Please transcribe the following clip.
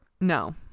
No